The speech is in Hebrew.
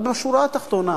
אבל בשורה התחתונה,